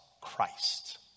Christ